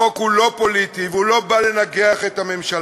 החוק הוא לא פוליטי, והוא לא בא לנגח את הממשלה,